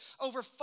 Over